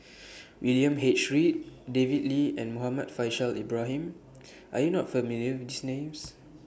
William H Read David Lee and Muhammad Faishal Ibrahim Are YOU not familiar with These Names